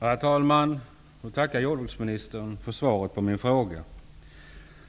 Herr talman! Jag tackar jordbruksministern för svaret på min fråga.